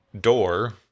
door